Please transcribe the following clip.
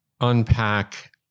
unpack